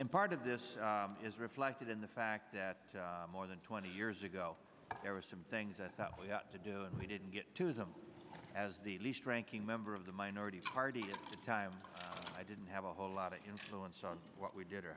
in part of this is reflected in the fact that more than twenty years ago there were some things i thought we ought to do and we didn't get to them as the least ranking member of the minority party at the time i didn't have a whole lot of influence on what we did or